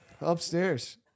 Upstairs